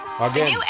Again